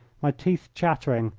my teeth chattering,